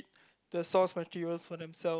the source materials for themselves